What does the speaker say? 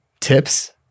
Tips